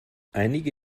einige